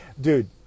Dude